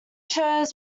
shows